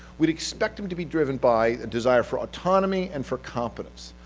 we'd expect him to be driven by a desire for autonomy and for competence.